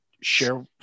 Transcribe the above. share